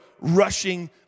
rushing